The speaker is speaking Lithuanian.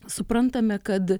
suprantame kad